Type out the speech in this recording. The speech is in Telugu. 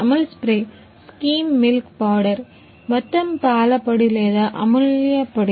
Amul spray skim milk powder మొత్తం పాల పొడి లేదా అముల్య పొడి